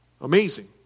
Amazing